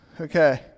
Okay